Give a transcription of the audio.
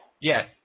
Yes